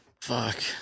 Fuck